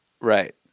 Right